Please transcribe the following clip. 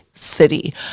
city